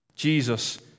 Jesus